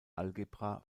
algebra